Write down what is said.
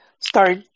start